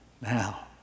now